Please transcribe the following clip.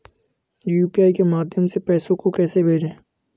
UPI के माध्यम से पैसे को कैसे भेजें?